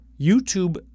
YouTube